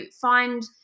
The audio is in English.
find